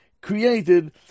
created